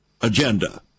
agenda